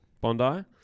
Bondi